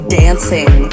dancing